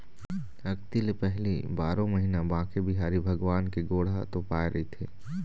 अक्ती ले पहिली बारो महिना बांके बिहारी भगवान के गोड़ ह तोपाए रहिथे